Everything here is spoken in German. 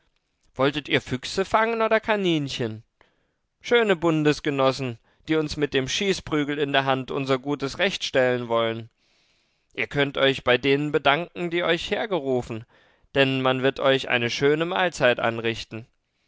wolltet ihr füchse fangen oder kaninchen schöne bundesgenossen die uns mit dem schießprügel in der hand unser gutes recht stellen wollen ihr könnt euch bei denen bedanken die euch hergerufen denn man wird euch eine schöne mahlzeit anrichten